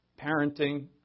parenting